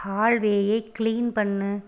ஹால்வேயை clean பண்ணு